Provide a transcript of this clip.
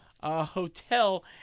hotel